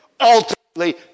Ultimately